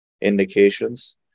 indications